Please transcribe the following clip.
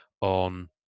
on